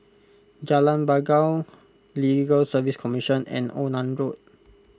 Jalan Bangau Legal Service Commission and Onan Road